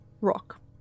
rock